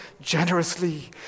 generously